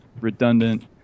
redundant